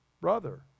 brother